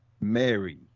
Mary